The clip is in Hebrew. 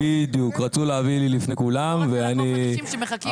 רצו להביא לי לפני כולם ואני לקחתי אחד